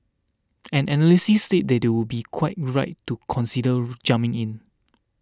and analysts say they do would be quite right to consider jumping in